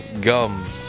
gum